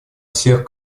всех